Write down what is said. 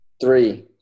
Three